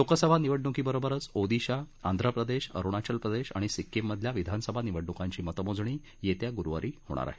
लोकसभा निवडणुकीबरोबरच ओदिशा आंध्र प्रदेश अरुणाचल प्रदेश आणि सिक्कीममधल्या विधानसभा निवडणुकांची मतमोजणीही येत्या गुरुवारी होणार आहे